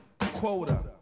quota